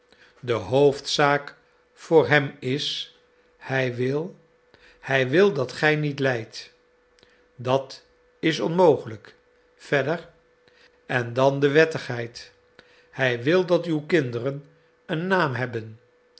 de hoofdzaak voor hem is hij wil hij wil dat gij niet lijdt dat is onmogelijk verder en dan de wettigheid hij wil dat uw kinderen een naam hebben